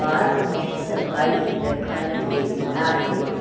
park में सफ़ाई रखण जे लाइ